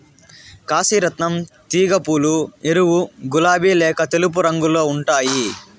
కాశీ రత్నం తీగ పూలు ఎరుపు, గులాబి లేక తెలుపు రంగులో ఉంటాయి